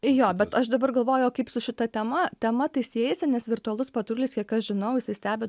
jo bet aš dabar galvoju o kaip su šita tema tema tai siejasi nes virtualus patrulis kiek aš žinau jisai stebi